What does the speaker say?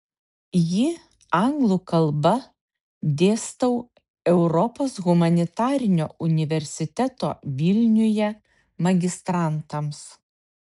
jį anglų kalba dėstau europos humanitarinio universiteto vilniuje magistrantams